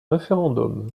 référendum